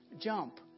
Jump